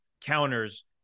counters